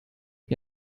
ich